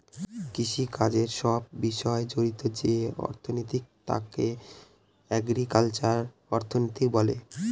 কৃষিকাজের সব বিষয় জড়িত যে অর্থনীতি তাকে এগ্রিকালচারাল অর্থনীতি বলে